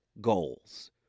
goals